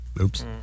Oops